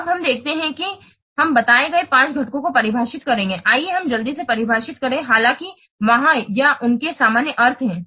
अब हम देखते हैं कि हम बताए गए पांच घटकों को परिभाषित करेंगे आइए हम जल्दी से परिभाषित करें हालांकि वहाँ या उनके सामान्य अर्थ हैं